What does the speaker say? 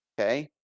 okay